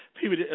People